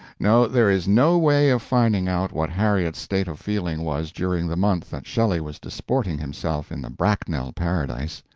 no, there is no way of finding out what harriet's state of feeling was during the month that shelley was disporting himself in the bracknell paradise.